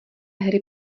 hry